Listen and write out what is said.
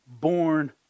born